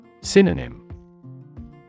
Synonym